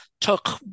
took